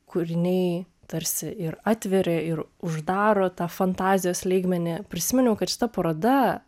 kūriniai tarsi ir atveria ir uždaro tą fantazijos lygmenį prisiminiau kad šita paroda